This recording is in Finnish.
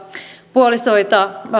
puolisoita